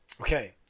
Okay